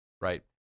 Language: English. right